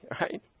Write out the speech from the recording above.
Right